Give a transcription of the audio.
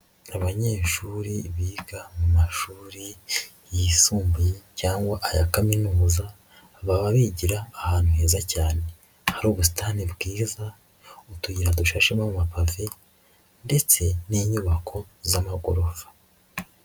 Abanyeshuri biga mu mashuri yisumbuye cyangwa aya Kaminuza, baba bigira ahantu heza cyane, hari ubusitan bwiza, utuyira dushashemo amapave ndetse n'inyubako z'amagorofa.